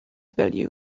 value